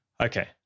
Okay